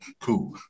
cool